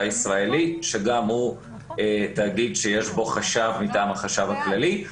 הישראלי שגם הוא תאגיד שיש בו חשב מטעם החשב הכללי.